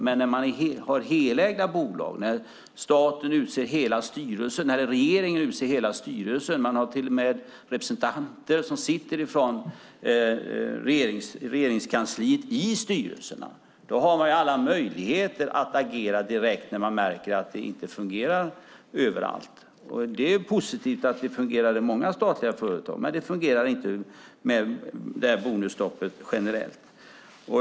Men när det är fråga om helägda bolag och när regeringen utser hela styrelsen - man har till och med representanter från Regeringskansliet som sitter i styrelserna - har man alla möjligheter att agera direkt när man märker att det inte fungerar överallt. Det är positivt att det fungerar i många statliga företag. Men detta bonusstopp fungerar inte generellt.